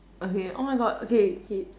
okay oh my god okay okay